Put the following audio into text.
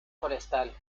forestal